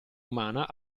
umana